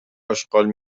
اشغال